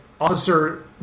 Officer